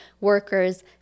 workers